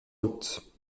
doute